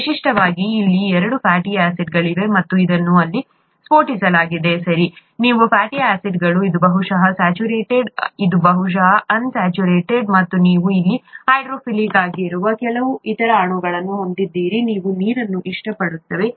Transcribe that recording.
ವಿಶಿಷ್ಟವಾಗಿ ಇಲ್ಲಿ ಎರಡು ಫ್ಯಾಟಿ ಆಸಿಡ್ಗಳಿವೆ ಮತ್ತು ಇದನ್ನೇ ಇಲ್ಲಿ ಸ್ಫೋಟಿಸಲಾಗಿದೆ ಸರಿ ಇವು ಫ್ಯಾಟಿ ಆಸಿಡ್ಗಳು ಇದು ಬಹುಶಃ ಸ್ಯಾಚುರೇಟೆಡ್ ಇದು ಬಹುಶಃ ಅನ್ ಸ್ಯಾಚುರೇಟೆಡ್ ಮತ್ತು ನೀವು ಇಲ್ಲಿ ಹೈಡ್ರೋಫಿಲಿಕ್ ಆಗಿರುವ ಕೆಲವು ಇತರ ಅಣುಗಳನ್ನು ಹೊಂದಿದ್ದೀರಿ ಅವು ನೀರನ್ನು ಇಷ್ಟಪಡುತ್ತವೆ